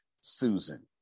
susan